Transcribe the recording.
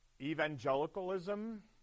evangelicalism